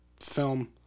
film